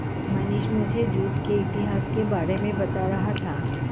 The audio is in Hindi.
मनीष मुझे जूट के इतिहास के बारे में बता रहा था